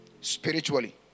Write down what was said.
spiritually